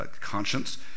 conscience